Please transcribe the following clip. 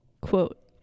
Quote